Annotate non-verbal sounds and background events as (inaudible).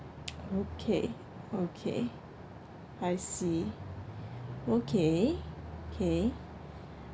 (noise) okay okay I see okay okay